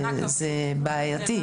זה בעייתי.